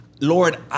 Lord